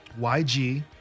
YG